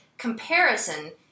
Comparison